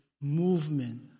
movement